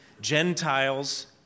Gentiles